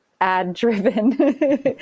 ad-driven